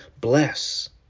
bless